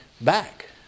back